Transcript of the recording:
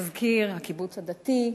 מזכיר הקיבוץ הדתי,